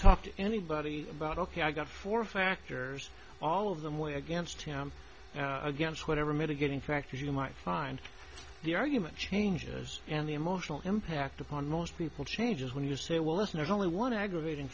talk to anybody about ok i got four factors all of them weigh against him against whatever mitigating factors you might find the argument changes and the emotional impact upon most people changes when you say well if there's only one aggravating